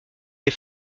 des